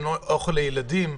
שאין אוכל לילדים.